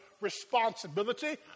responsibility